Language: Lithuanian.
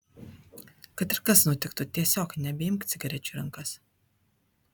kad ir kas nutiktų tiesiog nebeimk cigarečių į rankas